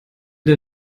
der